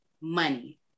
money